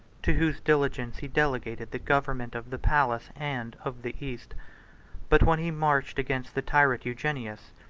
to whose diligence he delegated the government of the palace, and of the east but when he marched against the tyrant eugenius,